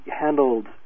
handled